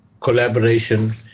collaboration